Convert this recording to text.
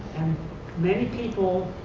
many people